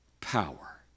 power